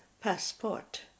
passport